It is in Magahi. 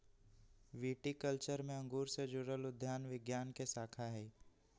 विटीकल्चर में अंगूर से जुड़ल उद्यान विज्ञान के शाखा हई